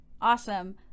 awesome